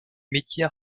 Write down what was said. métiers